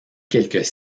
quelques